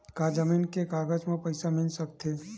का जमीन के कागज म पईसा मिल सकत हे?